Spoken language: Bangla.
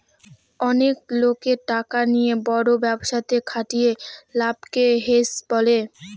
অনেক লোকের টাকা নিয়ে বড় ব্যবসাতে খাটিয়ে লাভকে হেজ বলে